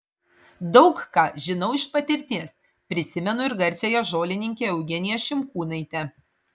daug ką žinau iš patirties prisimenu ir garsiąją žolininkę eugeniją šimkūnaitę